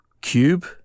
Cube